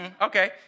Okay